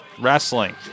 wrestling